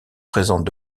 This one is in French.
présentent